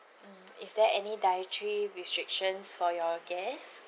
mm is there any dietary restrictions for your guests